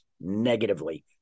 negatively